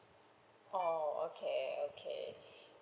oh okay okay